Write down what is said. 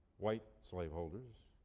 white slaveholders,